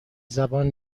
زبان